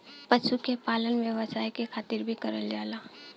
पशु के पालन व्यवसाय के खातिर भी करल जाला